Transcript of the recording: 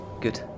Good